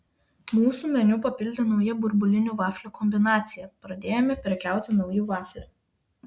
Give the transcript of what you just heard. mūsų meniu papildė nauja burbulinių vaflių kombinacija pradėjome prekiauti nauju vafliu